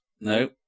No